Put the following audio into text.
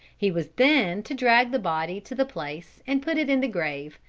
he was then to drag the body to the place and put it in the grave,